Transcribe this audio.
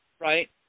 right